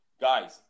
Guys